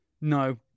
no